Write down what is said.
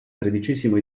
tredicesimo